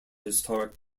historic